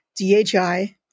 DHI